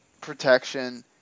protection